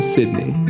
Sydney